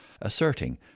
asserting